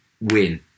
win